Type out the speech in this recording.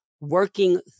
working